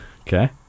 okay